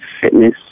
fitness